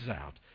out